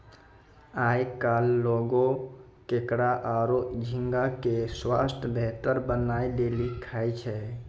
आयकल लोगें केकड़ा आरो झींगा के स्वास्थ बेहतर बनाय लेली खाय छै